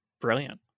brilliant